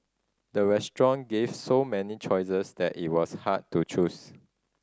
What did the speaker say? the restaurant gave so many choices that it was hard to choose